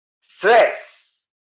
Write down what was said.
stress